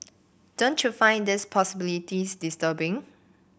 don't you find these possibilities disturbing